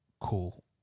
cool